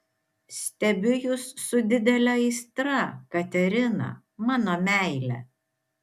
stebiu jus su didele aistra katerina mano meile